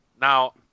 Now